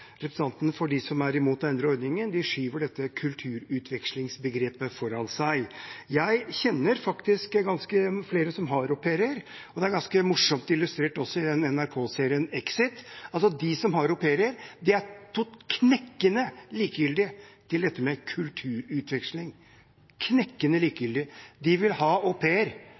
for representantene som er imot å endre ordningen, skyver dette kulturutvekslingsbegrepet foran seg. Jeg kjenner faktisk flere som har au pair, og det er også ganske morsomt illustrert i NRK-serien Exit. De som har au pair, er knekkende likegyldige til dette med kulturutveksling – knekkende likegyldige. De vil ha